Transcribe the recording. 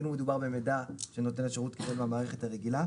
כאילו מדובר במידע שנותן השירות קיבל מהמערכת הרגילה.